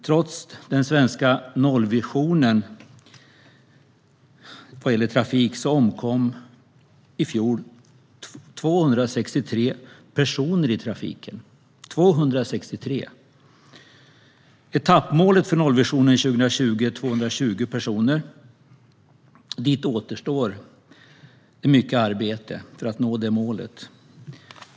Trots den svenska nollvisionen vad gäller trafik omkom i fjol 263 personer i trafiken. Etappmålet för nollvisionen till år 2020 är 220 personer. Det återstår mycket arbete för att nå det målet.